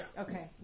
Okay